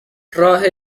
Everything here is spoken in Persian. راه